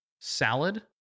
salad